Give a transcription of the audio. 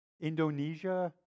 Indonesia